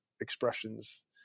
expressions